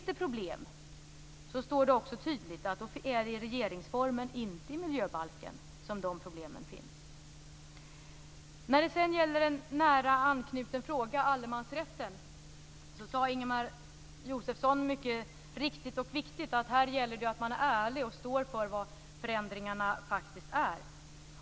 Det står också tydligt att om det finns problem så är det i regeringsformen, inte i miljöbalken, som de finns. Så till en angränsande fråga, allemansrätten. Ingemar Josefsson sade mycket riktigt att här gäller det att man är ärlig och står för vad förändringarna faktiskt är.